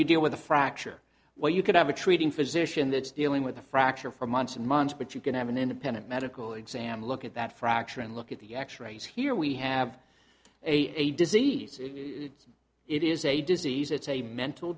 you deal with a fracture where you could have a treating physician that's dealing with a fracture for months and months but you can have an independent medical exam look at that fracture and look at the x rays here we have a disease it is a disease it's a mental